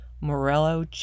Morello